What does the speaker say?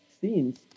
scenes